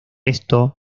esto